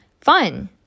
fun